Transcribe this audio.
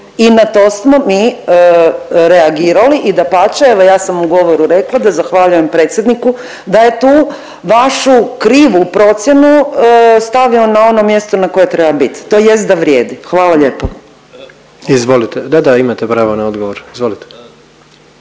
i na to smo mi reagirali i dapače evo ja sam u govoru rekla da zahvaljujem predsjedniku da je tu vašu krivu procjenu stavio na ono mjesto na koje treba bit tj. da vrijedi. Hvala lijepo. **Jandroković, Gordan (HDZ)** Izvolite, da, da imate pravo na odgovor, izvolite.